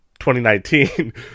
2019